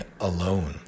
alone